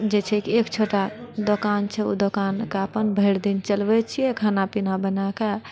जे छै एक छोटा दोकान छै ओ दोकानके अपन भरि दिन चलबै छिऐ खाना पीना बनाकऽ